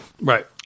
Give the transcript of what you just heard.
right